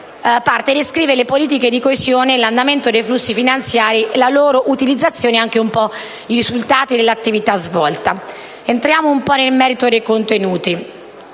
ed ultima parte descrive le politiche di coesione, l'andamento dei flussi finanziari e la loro utilizzazione, nonché i risultati dell'attività svolta. Entriamo nel merito dei contenuti.